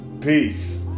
Peace